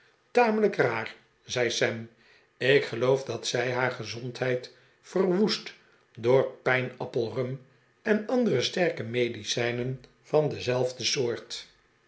tamelijk raar zei sam ik geloof dat zij haar gezondheid verwoest door pijnappelrum en andere sterke medicijnen van dezelfde soort